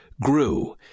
grew